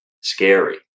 scary